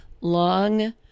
long